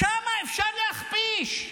כמה אפשר להכפיש?